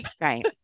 Right